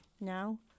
Now